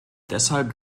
deshalb